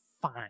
fine